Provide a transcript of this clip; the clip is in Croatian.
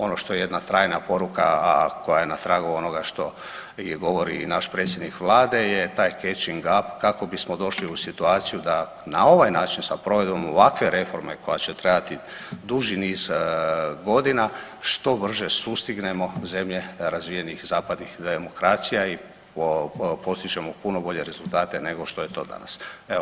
Ono što je jedna trajna poruka, a koje je na tragu onoga što govori i naš predsjednik vlade je taj catching up kako bismo došli u situaciju da na ovaj način sa provedbom ovakve reforme koja će trajati duži niz godina što brže sustignemo zemlje razvijenih zapadnih demokracija i postižemo puno bolje rezultate nego što je to danas.